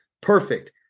Perfect